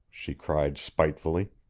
she cried spitefully.